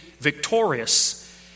victorious